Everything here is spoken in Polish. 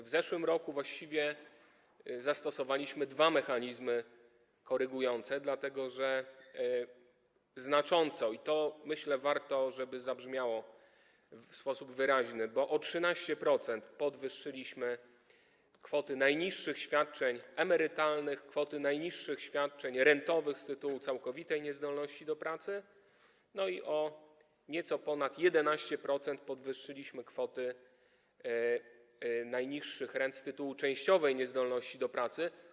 W zeszłym roku właściwie zastosowaliśmy dwa mechanizmy korygujące, dlatego że znacząco - myślę, że warto, żeby to zabrzmiało w sposób wyraźny - bo o 13%, podwyższyliśmy kwoty najniższych świadczeń emerytalnych, kwoty najniższych świadczeń rentowych z tytułu całkowitej niezdolności do pracy i o nieco ponad 11% podwyższyliśmy kwoty najniższych rent z tytułu częściowej niezdolności do pracy.